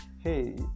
hey